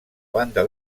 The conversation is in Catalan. banda